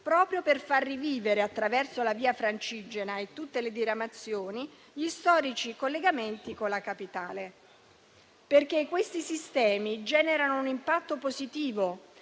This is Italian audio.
proprio per far rivivere, attraverso la Via Francigena e tutte le diramazioni, gli storici collegamenti con la capitale. Questi sistemi generano un impatto positivo